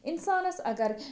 اِنسانَس اگر